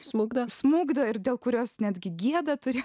smukdo smukdo ir dėl kurios netgi gieda turi